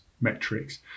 metrics